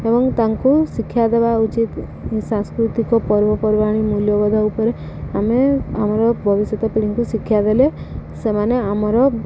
ଏବଂ ତାଙ୍କୁ ଶିକ୍ଷା ଦେବା ଉଚିତ ସାଂସ୍କୃତିକ ପର୍ବପର୍ବାଣି ମୂଲ୍ୟବୋଧ ଉପରେ ଆମେ ଆମର ଭବିଷ୍ୟତ ପିଢ଼ୀଙ୍କୁ ଶିକ୍ଷା ଦେଲେ ସେମାନେ ଆମର